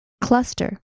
Cluster